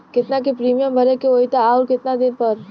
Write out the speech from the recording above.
केतना के प्रीमियम भरे के होई और आऊर केतना दिन पर?